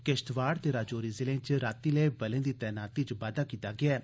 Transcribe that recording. किश्तवाड़ ते राजौरी ज़िलें च रातीं लै बलें दी तैनाती च बाद्दा कीता गेआ ऐ